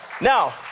Now